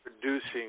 producing